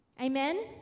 Amen